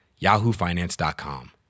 yahoofinance.com